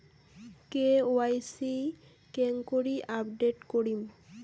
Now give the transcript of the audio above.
KYC কেঙ্গকরি update করিম?